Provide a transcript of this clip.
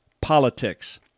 politics